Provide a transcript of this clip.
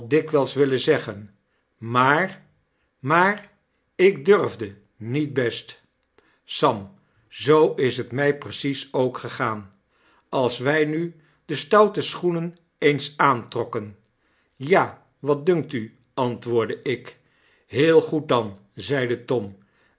dikwijls willen zeggen maar maar ik durfde niet best sam zoo is hetmyprecies ookgegaan als wy nu de stoute schoenen eens aantrokken ja wat dunkt u m antwoordde ik heel goed dan zeide tom